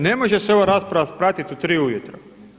Ne može se ova rasprava pratit u 3 ujutro.